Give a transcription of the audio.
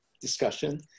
discussion